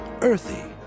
earthy